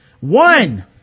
One